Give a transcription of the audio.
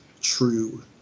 true